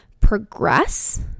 progress